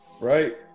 right